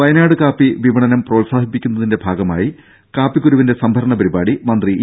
വയനാട് കാപ്പി വിപണനം പ്രോത്സാഹിപ്പിക്കുന്നതിന്റെ ഭാഗമായി കാപ്പിക്കുരുവിന്റെ സംഭരണ പരിപാടി മന്ത്രി ഇ